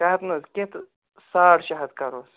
شےٚ ہتھ نا حظ کیٚنٛہہ تہٕ ساڑ شےٚ ہتھ کَرٕہوس